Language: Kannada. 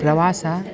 ಪ್ರವಾಸ